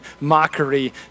mockery